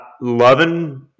loving